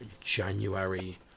January